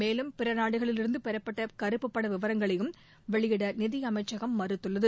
மேலும் பிற நாடுகளிலிருந்து பெறப்பட்ட கறப்புப்பண விவரங்களையும் வெளியிட நிதி அமைச்சகம் மறுத்துள்ளது